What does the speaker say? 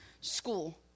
school